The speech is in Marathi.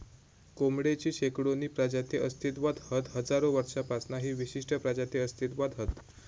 कोंबडेची शेकडोनी प्रजाती अस्तित्त्वात हत हजारो वर्षांपासना ही विशिष्ट प्रजाती अस्तित्त्वात हत